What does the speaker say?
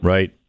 Right